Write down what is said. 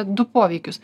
du poveikius